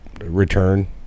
Return